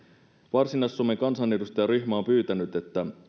varsinais suomen kansanedustajaryhmä on pyytänyt että